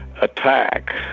attack